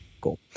Cool